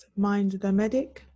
MindTheMedic